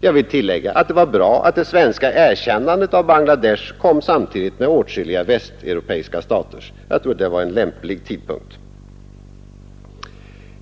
Jag vill tillägga att det var bra att det svenska erkännandet av Bangladesh kom samtidigt med åtskilliga västeuropeiska staters. Jag tror att det var en lämplig tidpunkt.